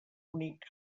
únic